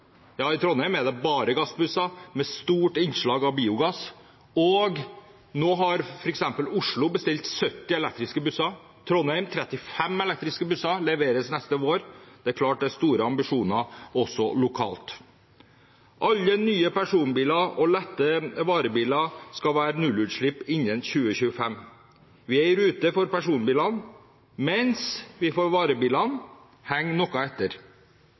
ja, i Trondheim er det bare gassbusser – med stort innslag av biogass. Nå har f.eks. Oslo bestilt 70 elektriske busser, og i Trondheim leveres 35 elektriske busser neste vår. Det er klart at er det store ambisjoner også lokalt. Alle nye personbiler og lette varebiler skal ha nullutslipp innen 2025. Vi er i rute for personbilene, mens vi for varebilene henger noe etter.